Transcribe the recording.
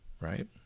Right